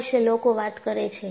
આ વિશે લોકો વાત કરે છે